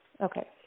Okay